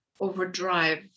overdrive